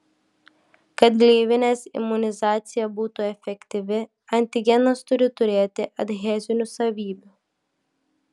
kad gleivinės imunizacija būtų efektyvi antigenas turi turėti adhezinių savybių